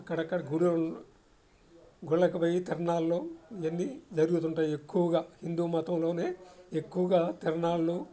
అక్కడక్కడ గుడ గుళ్ళకు పోయి తిరుణాల్లో ఇవన్నీ జరుగుతుంటాయి ఎక్కువగా హిందూ మతంలోనే ఎక్కువగా తిరణాళ్ళు